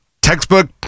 textbook